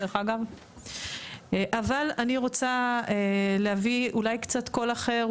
אבל אני רוצה להביא אולי קצת קול אחר,